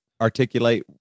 articulate